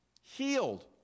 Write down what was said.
healed